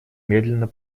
медленно